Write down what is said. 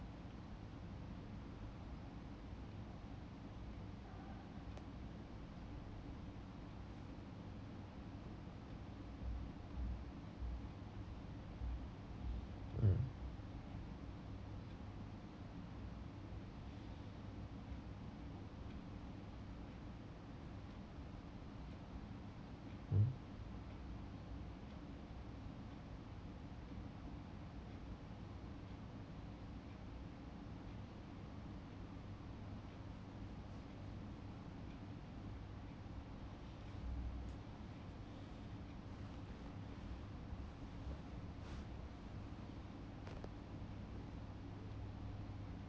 mm mm